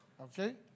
Okay